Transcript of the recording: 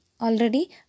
Already